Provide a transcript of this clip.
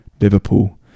Liverpool